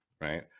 right